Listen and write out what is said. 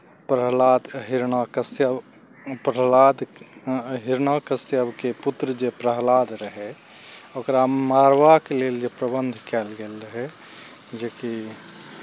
प्रह्लाद हिरण्यकश्यप प्रह्लाद हिरण्यकश्यपके पुत्र जे प्रह्लाद रहै ओकरा मारबाक लेल जे प्रबन्ध कयल गेल रहै जेकि